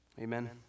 Amen